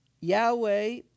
Yahweh